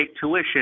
tuition